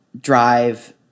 drive